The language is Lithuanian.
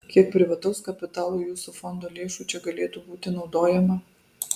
kiek privataus kapitalo jūsų fondo lėšų čia galėtų būti naudojama